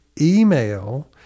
email